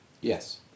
Yes